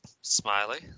Smiley